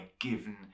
given